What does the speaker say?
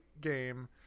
game